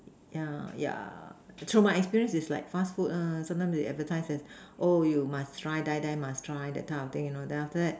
yeah yeah through my experience is like fast food ah sometimes they advertise as oh you must try die die must try that kind of thing you know then after that